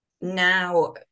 now